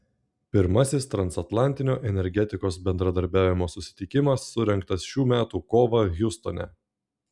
pirmasis transatlantinio energetikos bendradarbiavimo susitikimas surengtas šių metų kovą hjustone